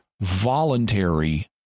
voluntary